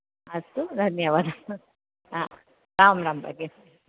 अस्तु धन्यवादः हा रां रां भगिनि